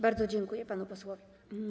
Bardzo dziękuję panu posłowi.